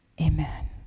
Amen